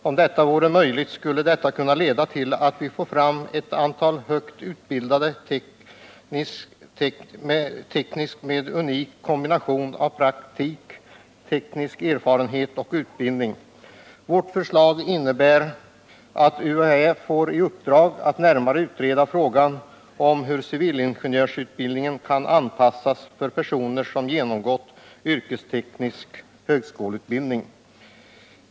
Om detta vore möjligt skulle det kunna leda till att man får fram ett antal högt utbildade tekniker med en unik kombination av praktisk och teoretisk erfarenhet och utbildning. Vårt förslag innebär att UHÄ får i uppdrag att närmare utreda frågan om hur civilingenjörsutbildning kan anpassas för personer som genomgått yrkesteknisk högskoleutbildning.